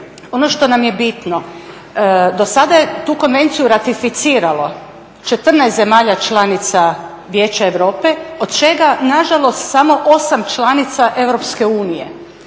ono što nam je bitno, do sada je tu Konvenciju ratificiralo 14 zemalja članica Vijeća Europe od čega nažalost samo 8 članica Europske unije.